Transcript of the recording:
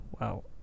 Wow